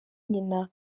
nyina